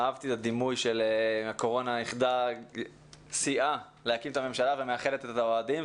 אהבתי את הדימוי שהקורונה סייעה להקים ממשלה ומאחדת את האוהדים,